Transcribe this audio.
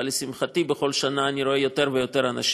אבל לשמחתי בכל שנה אני רואה יותר ויותר אנשים,